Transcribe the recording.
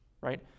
right